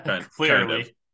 Clearly